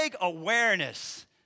awareness